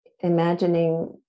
Imagining